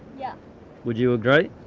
yeah would you agree?